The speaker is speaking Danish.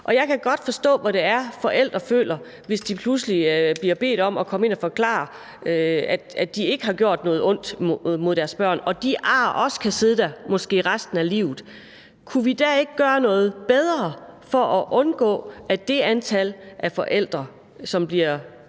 og jeg kan godt forstå, hvad det er, forældre føler, hvis de pludselig bliver bedt om at forklare, at de ikke har gjort noget ondt imod deres børn, og at de ar også kan sidde der i måske resten af livet. Kunne vi ikke gøre noget bedre, så det antal forældre, som rent